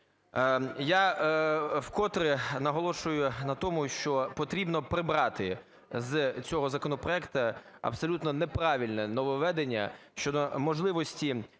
Я вкотре наголошую на тому, що потрібно прибрати з цього законопроекту абсолютно неправильне нововведення щодо можливості,